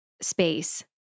space